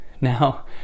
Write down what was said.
Now